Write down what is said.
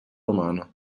romano